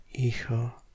hijo